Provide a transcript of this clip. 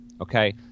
okay